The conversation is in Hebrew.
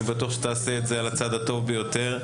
אני בטוח שתעשה את זה על הצד הטוב ביותר,